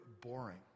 boring